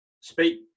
speak